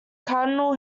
cardinal